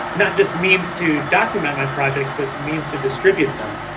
not just means to document my projects but means to distribute them.